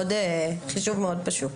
חישוב מאוד פשוט.